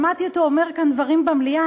שמעתי אותו אומר דברים כאן במליאה,